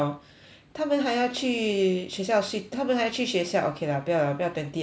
他们还要去学校睡他们还去学校 okay lah 不要 lah 不要 twenty hours lah